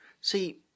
See